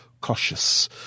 cautious